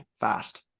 fast